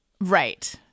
Right